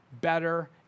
better